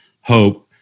hope